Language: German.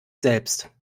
selbst